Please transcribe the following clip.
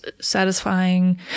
satisfying